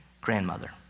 grandmother